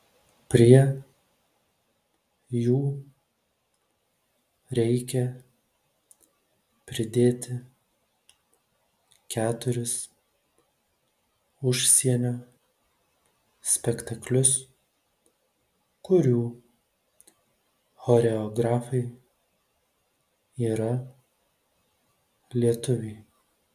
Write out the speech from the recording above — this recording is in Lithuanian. prie jų reikia pridėti keturis užsienio spektaklius kurių choreografai yra lietuviai